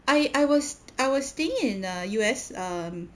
I I was I was staying in err U_S um